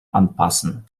anpassen